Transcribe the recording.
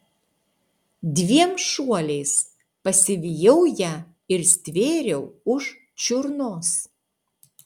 dviem šuoliais pasivijau ją ir stvėriau už čiurnos